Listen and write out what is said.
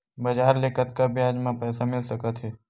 बजार ले कतका ब्याज म पईसा मिल सकत हे?